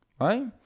right